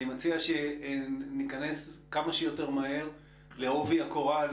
אני מציע שניכנס כמה שיותר מהר לעובי הקורה,